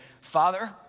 Father